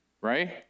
right